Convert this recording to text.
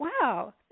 wow